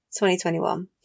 2021